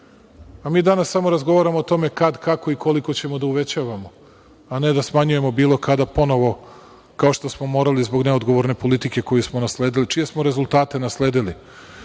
a mi danas samo razgovaramo o tome kad, kako i koliko ćemo da uvećavamo, a ne da smanjujemo bilo kada ponovo, kao što smo morali zbog neodgovorne politike koju smo nasledili, čije smo rezultate nasledili. Upravo